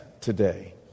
today